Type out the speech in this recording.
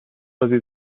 سازی